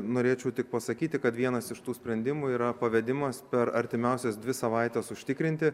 norėčiau tik pasakyti kad vienas iš tų sprendimų yra pavedimas per artimiausias dvi savaites užtikrinti